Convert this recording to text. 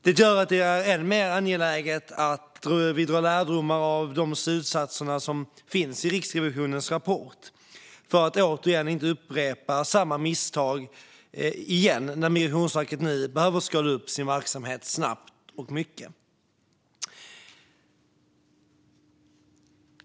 Det gör att det är än mer angeläget att vi drar lärdomar av slutsatserna i Riksrevisionens rapport, så att vi inte gör samma misstag igen när Migrationsverket nu behöver skala upp sin verksamhet snabbt och mycket.